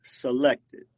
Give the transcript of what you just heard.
selected